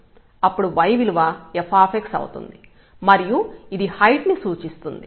అప్పుడు y విలువ f అవుతుంది మరియు ఇది హైట్ ను సూచిస్తుంది